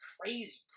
Crazy